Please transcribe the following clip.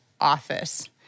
office